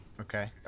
Okay